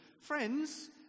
friends